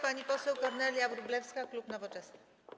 Pani poseł Kornelia Wróblewska, klub Nowoczesna.